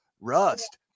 rust